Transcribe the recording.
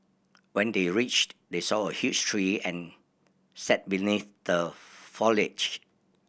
when they reached they saw a huge tree and sat beneath the foliage